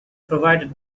provided